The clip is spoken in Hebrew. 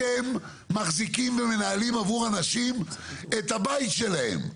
אתם מחזיקים ומנהלים עבור אנשים את הבית שלהם.